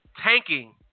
tanking